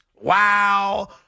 wow